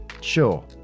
Sure